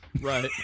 Right